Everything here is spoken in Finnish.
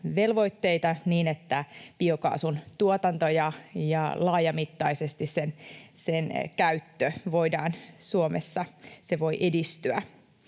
niin että biokaasun tuotanto ja sen laajamittainen käyttö voi Suomessa edistyä.